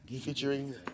featuring